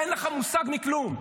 אין לך מושג מכלום.